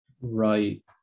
Right